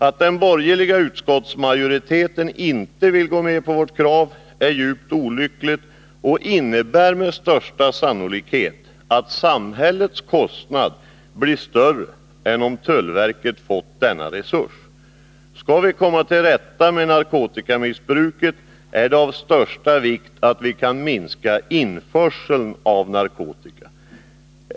Att den borgerliga utskottsmajoriteten inte vill gå med på vårt krav är djupt olyckligt och innebär med största sannolikhet att samhällets kostnad blir större än om tullverket fått denna resurs. Skall vi komma till rätta med narkotikamissbruket är det av största vikt att vi kan minska införseln av narkotika.